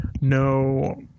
No